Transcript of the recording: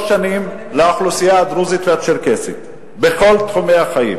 שנים לאוכלוסייה הדרוזית והצ'רקסית בכל תחומי החיים: